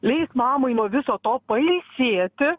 leis mamai nuo viso to pailsėti